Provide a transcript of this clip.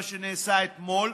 בקשר למה שנעשה אתמול,